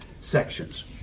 sections